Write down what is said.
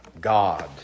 God